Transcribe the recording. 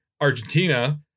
Argentina